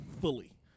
fully